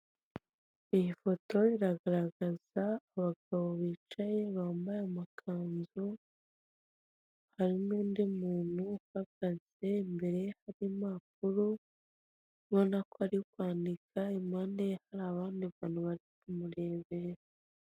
Iyi foto iragaragaza abagabo bicaye bambaye amakanzu hari ni undi muntu uhagaze imbereye hari impapuro ubona ko ari kwandika impande ye hari abandi bantu bari kumureba.